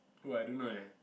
oh I don't know eh